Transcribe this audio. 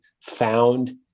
found